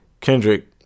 Kendrick